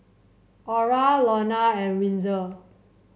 Ora Lonna and Wenzel